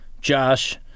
Josh